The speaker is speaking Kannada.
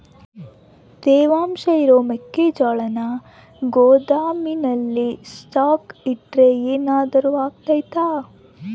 ತೇವಾಂಶ ಇರೋ ಮೆಕ್ಕೆಜೋಳನ ಗೋದಾಮಿನಲ್ಲಿ ಸ್ಟಾಕ್ ಇಟ್ರೆ ಏನಾದರೂ ಅಗ್ತೈತ?